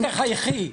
לפחות תחייכי.